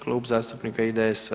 Klub zastupnika IDS-a.